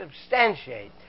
substantiate